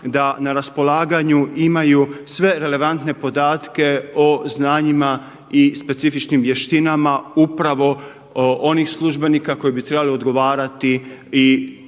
da na raspolaganju imaju sve relevantne podatke o znanjima i specifičnim vještinama upravo onih službenika koji bi trebali odgovarati i tim